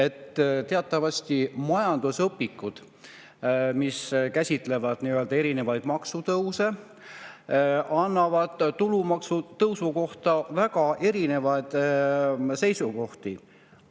et teatavasti majandusõpikud, mis käsitlevad maksutõuse, annavad tulumaksutõusu kohta väga erinevaid seisukohti,